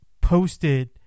posted